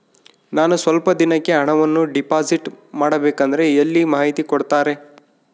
ನಾನು ಸ್ವಲ್ಪ ದಿನಕ್ಕೆ ಹಣವನ್ನು ಡಿಪಾಸಿಟ್ ಮಾಡಬೇಕಂದ್ರೆ ಎಲ್ಲಿ ಮಾಹಿತಿ ಕೊಡ್ತಾರೆ?